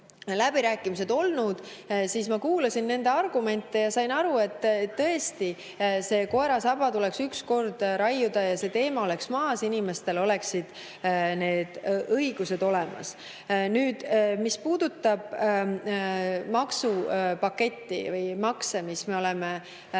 läbirääkimised, siis ma kuulasin nende argumente ja sain aru, et see koera saba tuleks ükskord maha raiuda, et see teema oleks maas ja inimestel oleksid need õigused olemas. Mis puudutab maksupaketti või makse, mis me oleme